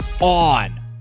on